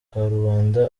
abantu